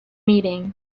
meeting